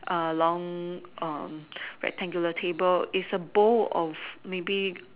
along um rectangular table is a bowl of maybe